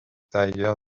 tiger